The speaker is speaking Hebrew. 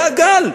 זה הגל.